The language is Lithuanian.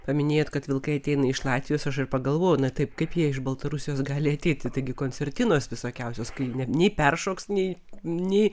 paminėjot kad vilkai ateina iš latvijos aš ir pagalvojau na taip kaip jie iš baltarusijos gali ateiti taigi koncertinos visokiausios kai nei peršoks nei nei